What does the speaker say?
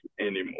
anymore